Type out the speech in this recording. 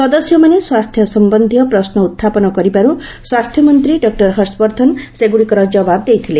ସଦସ୍ୟମାନେ ସ୍ୱାସ୍ଥ୍ୟ ସମ୍ୟନ୍ଧୀୟ ପ୍ରଶ୍ନ ଉତ୍ଥାପନ କରିବାରୁ ସ୍ୱାସ୍ଥ୍ୟମନ୍ତ୍ରୀ ଡକ୍କର ହର୍ଷବର୍ଦ୍ଧନ ସେଗୁଡ଼ିକର ଜବାବ ଦେଇଥିଲେ